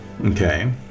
Okay